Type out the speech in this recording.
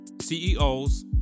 CEOs